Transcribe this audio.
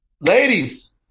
ladies